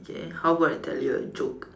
okay how about I tell you a joke